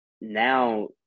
now